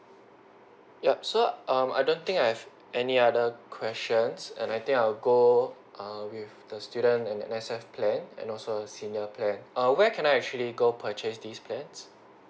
yup so um I don't think I have any other questions and I think I'll go err with the student and N_S_F plan and also senior plan err where can I actually go purchase these plans